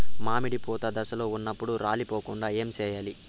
మామిడి పూత దశలో ఉన్నప్పుడు రాలిపోకుండ ఏమిచేయాల్ల?